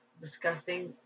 disgusting